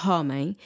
Homem